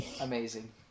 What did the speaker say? amazing